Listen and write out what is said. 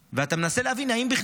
ואתה מנסה להבין אם בכלל